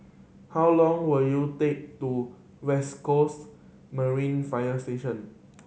how long will you take to West Coast Marine Fire Station